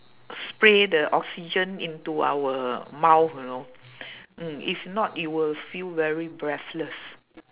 spray the oxygen into our mouth you know mm if not you will feel very breathless